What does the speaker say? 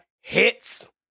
hits